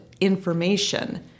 information